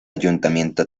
ayuntamiento